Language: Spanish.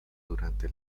durante